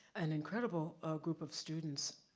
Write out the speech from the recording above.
an incredible group of students,